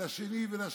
ולשני ולשלישי.